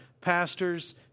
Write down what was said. pastors